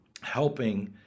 helping